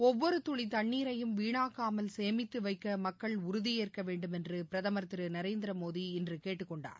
ஒவ்வொரு துளி தண்ணீரையும் வீணாக்காமல் சேமித்து வைக்க மக்கள் உறுதியேற்க வேண்டும் என்று பிரதமர் திரு நரேந்திரமோடி இன்று கேட்டுக்கொண்டார்